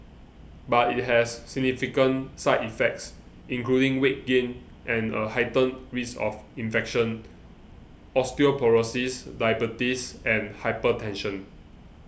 but it has significant side effects including weight gain and a heightened risk of infection osteoporosis diabetes and hypertension